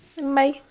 Bye